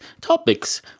Topics